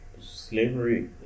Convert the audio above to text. slavery